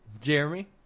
Jeremy